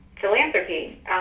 philanthropy